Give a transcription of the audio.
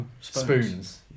spoons